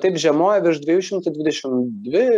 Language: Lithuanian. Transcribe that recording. taip žiemoja virš dviejų šimtų dvidešim dvi